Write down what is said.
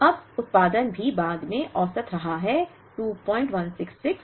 अब उत्पादन भी बाद में औसत रहा है 2166 काल